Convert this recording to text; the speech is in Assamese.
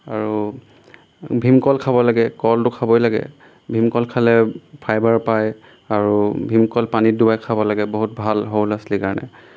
আৰু ভীমকল খাব লাগে কলটো খাবই লাগে ভীমকল খালে ফাইবাৰ পায় আৰু ভীমকল পানীত দুৱাই খাব লাগে বহুত ভাল সৰু ল'ৰা ছোৱালীৰ কাৰণে